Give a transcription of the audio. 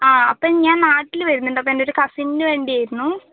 ആ അപ്പം ഞാൻ നാട്ടിൽ വരുന്നുണ്ട് അപ്പോൾ എൻ്റെ ഒരു കസിനിന് വേണ്ടിയായിരുന്നു